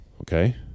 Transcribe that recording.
Okay